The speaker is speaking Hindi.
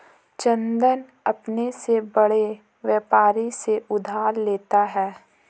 चंदन अपने से बड़े व्यापारी से उधार लेता है